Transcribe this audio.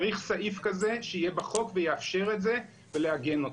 צריך סעיף כזה שיהיה בחוק ויאפשר את זה ולעגן אותו.